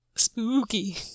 spooky